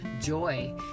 joy